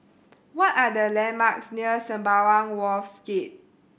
what are the landmarks near Sembawang Wharves Gate